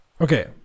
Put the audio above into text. Okay